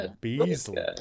Beasley